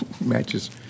matches